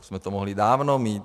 Už jsme to mohli dávno mít.